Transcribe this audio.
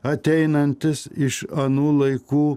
ateinantys iš anų laikų